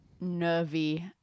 nervy